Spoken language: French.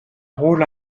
rôle